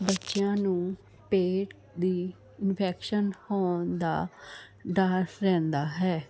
ਬੱਚਿਆਂ ਨੂੰ ਪੇਟ ਦੀ ਇਨਫੈਕਸ਼ਨ ਹੋਣ ਦਾ ਡਰ ਰਹਿੰਦਾ ਹੈ